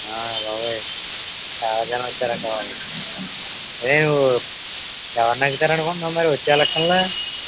బాబోయ్ చాలా జనం వచ్చారంటావా హే ఉ ఎవరు నెగ్గుతారు అనుకుంటున్నావు మరి వచ్చే ఎలక్షన్లో